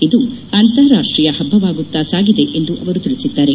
ಇದು ಅಂತಾರಾಷ್ಟ್ರೀಯ ಹಬ್ಬವಾಗುತ್ತಾ ಸಾಗಿದೆ ಎಂದು ಅವರು ತಿಳಿಸಿದ್ದಾರೆ